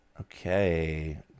Okay